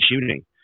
shooting